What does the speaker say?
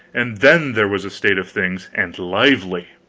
and then there was a state of things and lively!